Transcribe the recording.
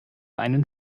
einen